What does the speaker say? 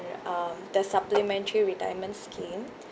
um the supplementary retirement